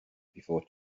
before